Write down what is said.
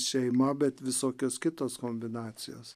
šeima bet visokios kitos kombinacijos